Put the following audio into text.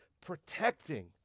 protecting